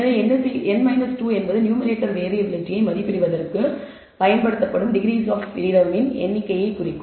எனவே n 2 என்பது numerator variability மதிப்பிடுவதற்கு பயன்படுத்தப்படும் டிகிரீஸ் ஆப் பிரீடம் எண்ணிக்கையை குறிக்கும்